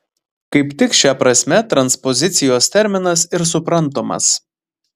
kaip tik šia prasme transpozicijos terminas ir suprantamas